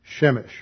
Shemesh